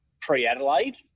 pre-Adelaide